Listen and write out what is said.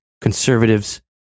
conservatives